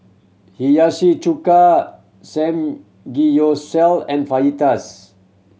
Hiyashi Chuka Samgeyopsal and Fajitas